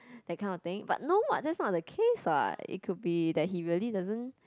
that kind of thing but no what that's not the case what it could be he really doesn't